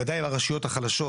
ודאי ברשויות החלשות,